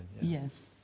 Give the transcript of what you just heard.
Yes